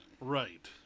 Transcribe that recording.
Right